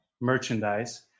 merchandise